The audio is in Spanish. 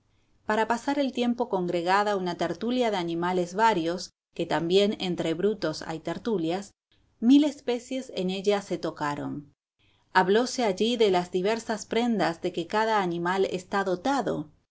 para pasar el tiempo congregada una tertulia de animales varios que también entre brutos hay tertulias mil especies en ella se tocaron hablóse allí de las diversas prendas de que cada animal está dotado